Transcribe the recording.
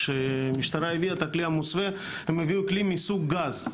כשהמשטרה הביאה את הכלי המוסב הם הביאו כלי מסוג גז,